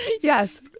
Yes